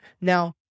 now